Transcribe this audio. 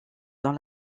dans